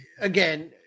again